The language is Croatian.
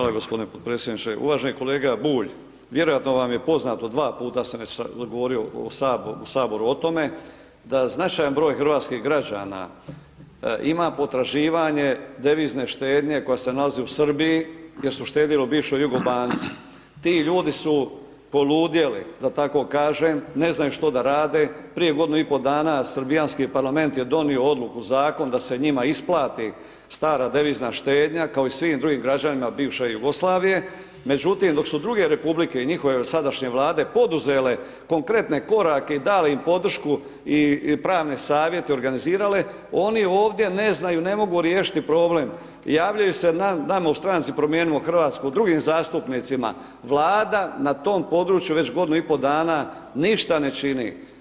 Hvala gospodine podpredsjedniče, uvaženi kolega Bulj, vjerojatno vam je poznato, dva puta sam već govorio o, u saboru o tome da značajan broj hrvatskih građana ima potraživanje devizne štednje koja se nalazi u Srbiji, jer su štedili u bivšoj Jugobanci, ti ljudi su poludjeli da tako kažem, ne znaju što da rade, prije godinu i pol dana srbijanski parlament je donio odluku, zakon da se njima isplati stara devizna štednja kao i svim drugim građanima bivše Jugoslavije, međutim dok su druge republike i njihove sadašnje vlade poduzele konkretne korake i dale im podršku i pravne savjete organizirale, oni ovdje ne znaju, ne mogu riješiti problem, javljaju se nama u stranci Promijenimo Hrvatsku, drugim zastupnicima, Vlada na tom području već godinu i po dana ništa ne čini.